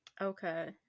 okay